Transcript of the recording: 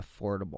affordable